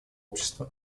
общества